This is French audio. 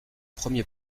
premier